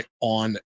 on